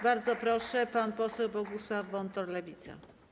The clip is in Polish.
Bardzo proszę, pan poseł Bogusław Wontor, Lewica.